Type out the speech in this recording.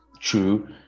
true